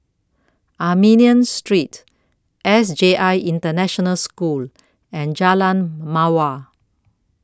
Armenian Street S J I International School and Jalan Mawar